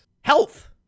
Health